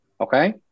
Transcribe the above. Okay